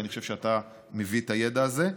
ואני חושב שאתה מביא את הידע הזה.